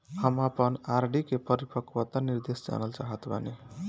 हम आपन आर.डी के परिपक्वता निर्देश जानल चाहत बानी